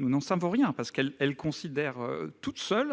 Nous n'en savons rien, parce qu'elle apprécie seule